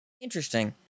Interesting